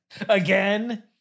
Again